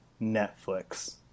Netflix